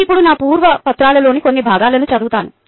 నేను ఇప్పుడు నా పూర్వ పత్రాలలోని కొన్ని భాగాలని చదువుతాను